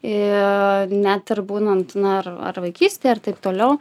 ir net ir būnant na ar ar vaikystėje ar taip toliau